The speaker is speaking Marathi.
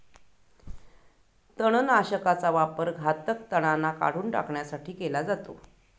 तणनाशकाचा वापर घातक तणांना काढून टाकण्यासाठी केला जातो